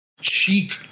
cheek